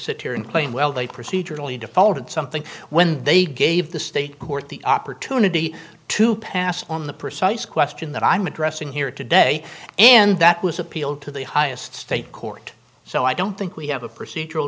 sit here and claim well they procedurally defaulted something when they gave the state court the opportunity to pass on the precise question that i'm addressing here today and that was appealed to the highest state court so i don't think we have a procedural